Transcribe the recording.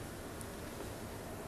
but when he young then cannot